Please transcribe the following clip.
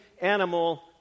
animal